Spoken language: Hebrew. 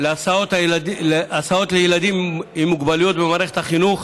להסעות לילדים עם מוגבלויות במערכת החינוך.